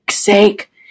sake